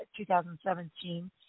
2017